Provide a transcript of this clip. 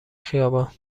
خیابان